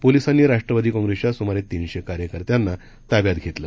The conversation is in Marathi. पोलिसांनी राष्ट्रवादी काँप्रेसच्या सुमारे तीनशे कार्यकर्त्यांना ताब्यात घेतलं